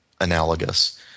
analogous